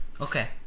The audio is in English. Okay